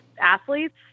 athletes